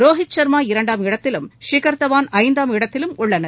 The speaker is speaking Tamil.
ரோஹித் ஷர்மா இரண்டாம் இடத்திலும் ஷிகர் தவான் ஐந்தாம் இடத்திலும் உள்ளனர்